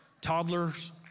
toddlers